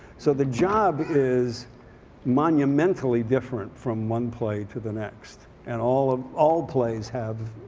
so the job is monumentally different from one play to the next. and all um all plays have